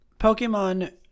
Pokemon